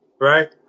right